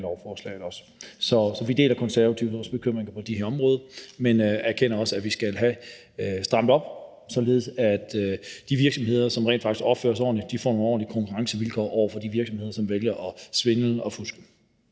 lovforslaget. Så vi deler også Konservatives bekymringer på det her område, men erkender også, at vi skal have strammet op, således at de virksomheder, som rent faktisk opfører sig ordentligt, får nogle ordentlige konkurrencevilkår over for de virksomheder, som vælger at svindle og fuske.